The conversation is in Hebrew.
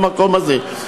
במקום הזה.